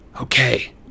okay